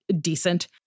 decent